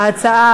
(הוראת שעה)